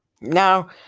Now